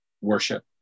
worship